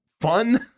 fun